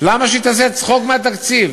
למה שהיא תעשה צחוק מהתקציב?